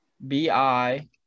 BI